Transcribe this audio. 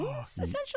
essentially